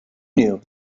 knew